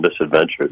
misadventures